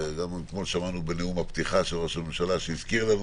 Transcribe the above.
וכפי ששמענו בנאום הפתיחה של ראש הממשלה שהזכיר לנו